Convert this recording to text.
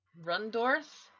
Rundorth